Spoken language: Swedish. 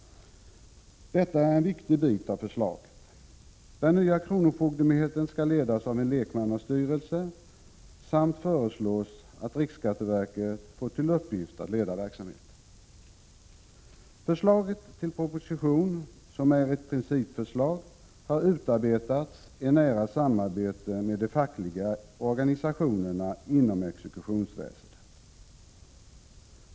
Detta är en viktig bit av förslaget. Den nya kronofogdemyndigheten skall ledas av en lekmannastyrelse, och det föreslås att RSV får till uppgift att leda verksamheten. Förslaget till proposition, som är ett principförslag, har utarbetats i nära samarbete med de fackliga organisationerna inom exekutionsväsendet.